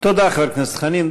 תודה, חבר הכנסת חנין.